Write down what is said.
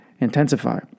intensify